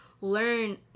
Learn